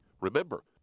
Remember